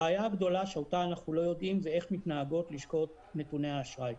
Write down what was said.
הבעיה הגדולה שאותה אנחנו לא יודעים זה איך מתנהגות לשכות נתוני האשראי,